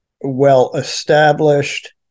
well-established